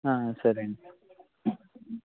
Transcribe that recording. సరే అండి